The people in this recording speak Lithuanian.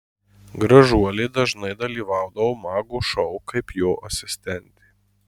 gražuolė dažnai dalyvaudavo mago šou kaip jo asistentė